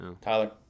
Tyler